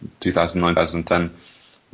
2009-2010